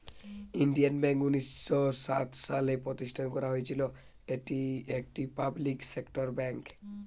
Indian Bank উনিশ শ সাত সালে প্রতিষ্ঠান করা হয়েছিল, এটি একটি পাবলিক সেক্টর বেঙ্ক